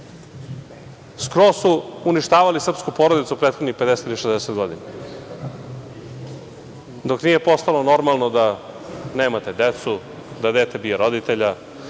Skroz su uništavali srpsku porodicu prethodnih 50 ili 60 godina, dok nije postalo normalno da nemate decu, da dete bije roditelja,